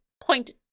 point